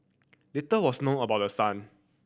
little was known about the son